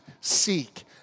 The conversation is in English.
seek